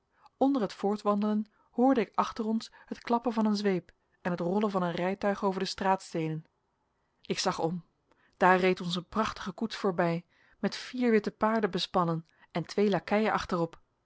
onder het voortwandelen hoorde ik achter ons het klappen van een zweep en het rollen van een rijtuig over de straatsteenen ik zag om daar reed ons een prachtige koets voorbij met vier witte paarden bespannen en twee lakeien achterop